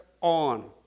on